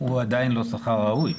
הוא עדיין לא שכר ראוי.